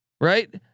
right